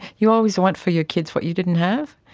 you always want for your kids what you didn't have,